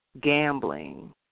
Gambling